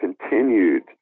continued